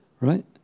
right